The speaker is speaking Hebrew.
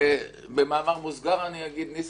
במאמר מוסגר אגיד: ניסן,